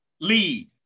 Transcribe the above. Lead